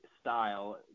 style